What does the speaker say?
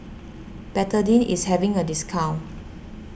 Betadine is having a discount